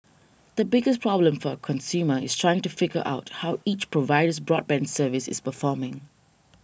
the biggest problem for a consumer is trying to figure out how each provider's broadband service is performing